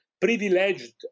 privileged